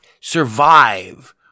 survive